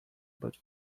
but